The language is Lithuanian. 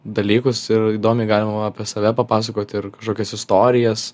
dalykus ir įdomiai galima apie save papasakot ir kažkokias istorijas